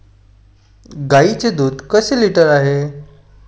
गाईचे दूध कसे लिटर आहे?